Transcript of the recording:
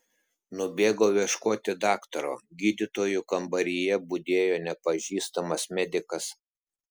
nubėgau ieškoti daktaro gydytojų kambaryje budėjo nepažįstamas medikas